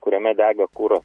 kuriame dega kuro